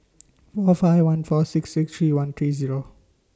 four five one four six six three one three Zero